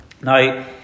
Now